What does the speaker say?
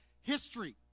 history